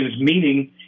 meaning